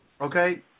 okay